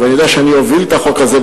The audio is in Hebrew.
ואני יודע שאני אוביל את החוק הזה,